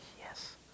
yes